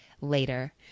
later